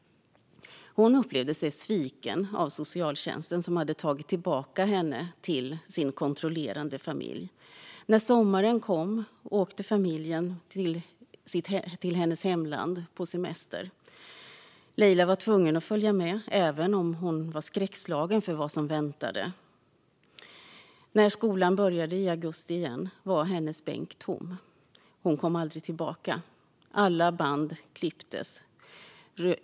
Hon upplevde sig sviken av socialtjänsten, som hade tagit henne tillbaka till hennes kontrollerande familj. När sommaren kom åkte familjen till hennes hemland på semester. Leila var tvungen att följa med, även om hon var skräckslagen för vad som väntade. När skolan började i augusti igen var hennes bänk tom. Hon kom aldrig tillbaka. Alla band klipptes.